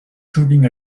shooting